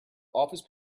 office